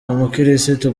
umukirisitu